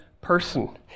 person